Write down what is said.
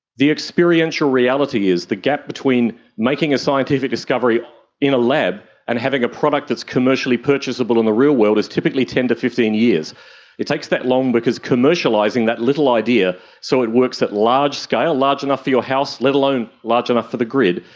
the experiential reality is the gap between making a scientific discovery in a lab and having a product that is commercially purchasable in the real world is typically ten to fifteen years it takes that long because commercialising that little idea so it works at a large scale, large enough for your house, let alone large enough for the grid,